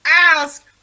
ask